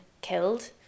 killed